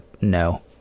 No